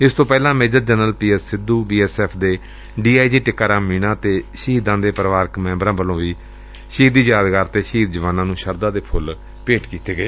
ਇਸ ਤੋ ਪੰਹਿਲਾ major general PS Sidhu BSF ਦੇ ਡੀਆਈਜੀ ਟਿੱਕਾ ਰਾਮ ਮੀਨਾ ਅਤੇ ਸ਼ਹੀਦਾਂ ਦੇ ਪਰਿਵਾਰਕ ਮੈਂਬਰਾਂ ਵੱਲੋਂ ਸ਼ਹੀਦੀ ਯੂੱਦਗਾਰ ਤੇ ਸ਼ਹੀਦ ਜਵਾਨਾਂ ਨੂੰ ਸ਼ਰਧਾ ਦੇ ਫੁੱਲ ਭੇਂਟ ਕੀਤੇ ਗਏ